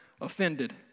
offended